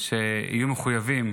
שיהיו מחויבים,